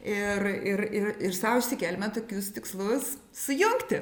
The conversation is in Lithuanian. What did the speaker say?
ir ir ir ir sau išsikėlėme tokius tikslus sujungti